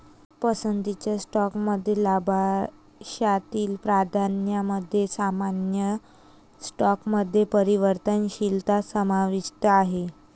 पसंतीच्या स्टॉकमध्ये लाभांशातील प्राधान्यामध्ये सामान्य स्टॉकमध्ये परिवर्तनशीलता समाविष्ट आहे